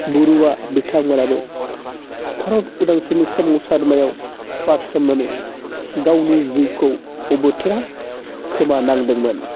बरुवा बिथांमोनाबो भारत उदांस्रिनि सोमावसारनायाव बारसोमनानै गावनि जिउखौ अबथिरा खोमानांदोंमोन